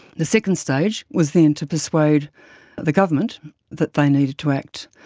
the second stage was then to persuade the government that they needed to act.